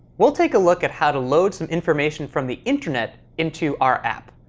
we'll take a look at how to load some information from the internet into our app.